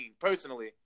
personally